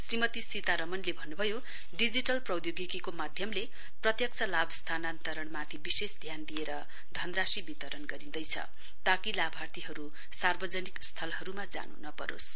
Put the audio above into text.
श्रीमती सीतारमणले भन्नुभयो डिजिटल प्रौद्योगिकीको माध्यमले प्रत्यक्ष लाभ स्थानान्तरणमाथि विशेष ध्यान दिएर धनराशि वितरण गरिँदैछ ताकि लाभार्थीहरूल सार्वजनिक स्थ्लहरूमा जानु नपरोस्